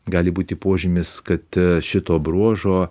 gali būti požymis kad šito bruožo